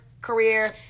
career